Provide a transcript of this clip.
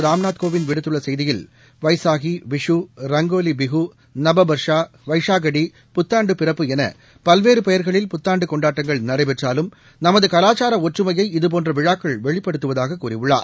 ராம்நாத் கோவிந்த் விடுத்துள்ள செய்தியில் வைசாகி விஷூ ரங்கோலிபிஹூ நபபர்ஷா வைஷாகடி புத்தாண்டு பிறப்பு என பல்வேறு பெயர்களில் புத்தாண்டு கொண்டாட்டங்கள் நடைபெற்றாலும் நமது கலாச்சார ஒற்றுமையை இதபோன்ற விழாக்கள் வெளிப்படுத்துவதாக கூறியுள்ளார்